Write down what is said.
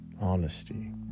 honesty